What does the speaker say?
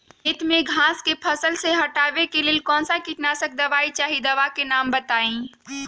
खेत में घास के फसल से हटावे के लेल कौन किटनाशक दवाई चाहि दवा का नाम बताआई?